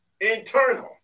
Internal